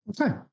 Okay